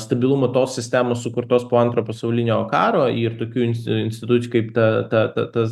stabilumu tos sistemos sukurtos po antro pasaulinio karo ir tokių institucijų kaip ta ta ta tas